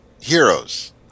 heroes